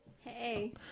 Hey